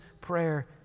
prayer